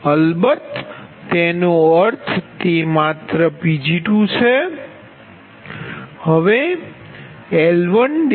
અલબત્ત તેનો અર્થ તે માત્ર Pg2છે